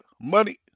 money